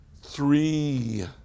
Three